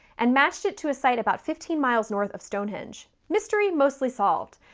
and matched it to a site about fifteen miles north of stonehenge. mystery mostly solved.